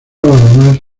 además